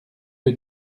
peu